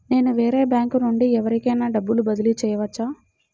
నేను వేరే బ్యాంకు నుండి ఎవరికైనా డబ్బు బదిలీ చేయవచ్చా?